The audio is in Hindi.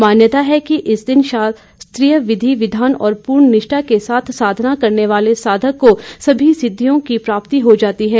मान्यता है कि इस दिन शास्त्रीय विधि विधान और पूर्ण निष्ठा के साथ साधना करने वाले साधक को सभी सिद्धियों की प्राप्ति हो जाती है